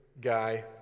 guy